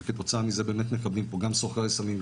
וכתוצאה מזה אנחנו מקבלים פה גם סוחרי סמים,